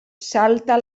salta